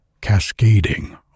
cascading